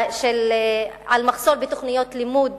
על מחסור בתוכניות לימוד